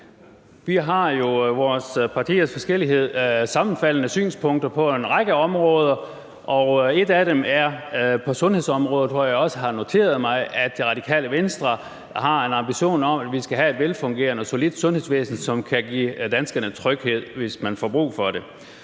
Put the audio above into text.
til trods sammenfaldende synspunkter på en række områder, og et af dem er på sundhedsområdet, hvor jeg også har noteret mig, at Det Radikale Venstre har en ambition om, at vi skal have et velfungerende og solidt sundhedsvæsen, som kan give danskerne tryghed, hvis man får brug for det.